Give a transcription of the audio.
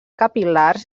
capil·lars